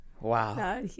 wow